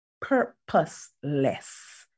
purposeless